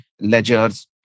ledgers